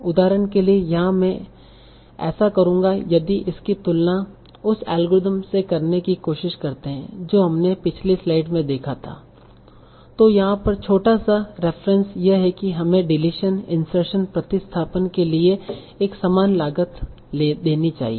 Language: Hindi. उदाहरण के लिए यहां मैं ऐसा करूंगा यदि इसकी तुलना उस एल्गोरिथम से करने की कोशिश करते हैं जो हमने पिछली स्लाइड में देखा था तो यहां पर छोटा सा रेफरेन्स यह है कि हमें डिलीशन इंसर्शन प्रतिस्थापन के लिए एक समान लागत देनी चाहिए